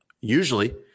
Usually